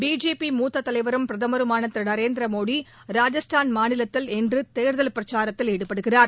BJP மூத்த தலைவரும் பிரதமருமான திரு நரேந்திர மோடி ராஜஸ்தான் மாநிலத்தில் இன்றுதேர்தல் பிரச்சாரத்தில் ஈடுபடுகிறார்